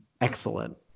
excellent